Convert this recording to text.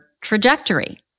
trajectory